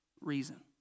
reason